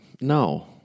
No